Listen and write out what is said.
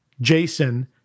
Jason